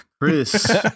Chris